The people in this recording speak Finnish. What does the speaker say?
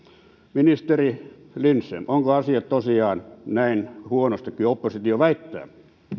ministeri lindström ovatko asiat tosiaankin näin huonosti kuin oppositio väittää